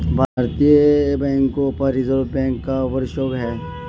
भारतीय बैंकों पर रिजर्व बैंक का वर्चस्व है